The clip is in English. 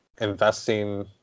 investing